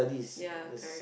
yeah correct